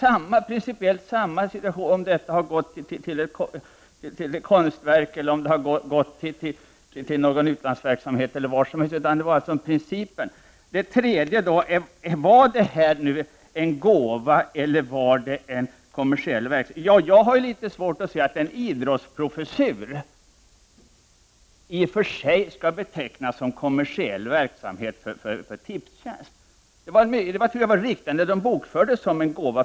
Situationen hade varit densamma oavsett om pengarna använts till ett konstverk eller till utlandsverksamhet. Det gällde alltså principen. För det tredje: Var detta en gåva eller en kommersiell verksamhet? Jag har litet svårt att se att en idrottsprofessur kan betecknas som kommersiell verksamhet för Tipstjänst. Det var riktigt att det bokfördes som gåva.